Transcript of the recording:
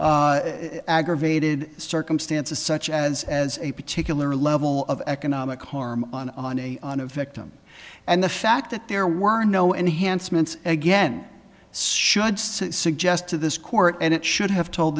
aggravated circumstances such as as a particular level of economic harm on a victim and the fact that there were no enhancements again should say suggest to this court and it should have told